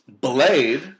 Blade